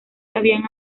habían